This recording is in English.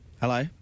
Hello